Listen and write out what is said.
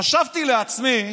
חשבתי לעצמי,